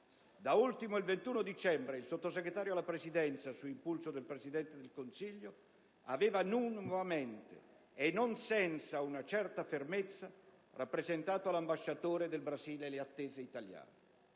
Da ultimo, il 21 dicembre, il Sottosegretario alla Presidenza, su impulso del Presidente del Consiglio, aveva nuovamente, e non senza una certa fermezza, rappresentato all'ambasciatore del Brasile le attese italiane.